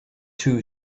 too